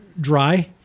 dry